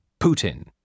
Putin